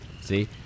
See